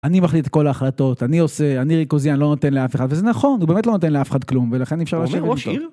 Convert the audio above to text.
אני מחליט את כל ההחלטות, אני עושה, אני ריכוזי, אני לא נותן לאף אחד, וזה נכון, הוא באמת לא נותן לאף אחד כלום, ולכן אי אפשר להשאיר איתו.